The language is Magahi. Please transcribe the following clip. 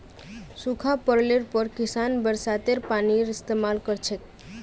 सूखा पोड़ले पर किसान बरसातेर पानीर इस्तेमाल कर छेक